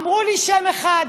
אמרו לי שם אחד,